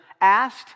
asked